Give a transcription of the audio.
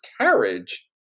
Carriage